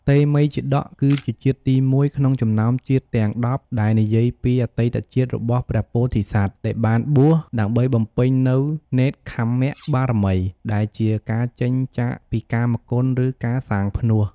តេមិយជាតក គឺជាជាតិទីមួយក្នុងចំណោមជាតិទាំង ១០ ដែលនិយាយពីអតីតជាតិរបស់ព្រះពោធិសត្វដែលបានបួស ដើម្បីបំពេញនូវ នេក្ខម្មបារមី ដែលជា ការចេញចាកពីកាមគុណ ឬការសាងផ្នួស។